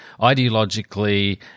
ideologically